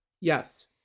Yes